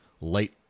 light